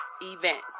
events